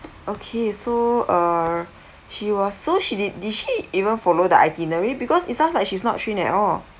okay so uh she was so she did did she even n follow the itinerary because it sounds like she not trained at all